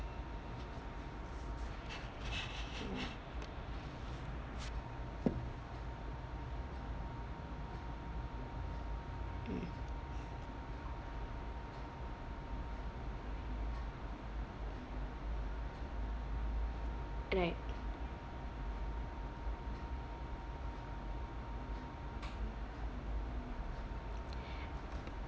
mm mm right